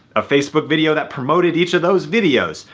a facebook video that promoted each of those videos.